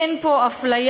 אין פה הפליה,